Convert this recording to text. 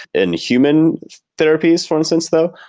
in human therapies for instance though,